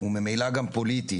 וממילא גם פוליטית.